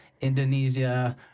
Indonesia